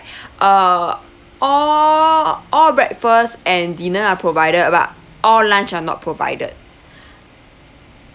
uh all all breakfast and dinner are provided but all lunch are not provided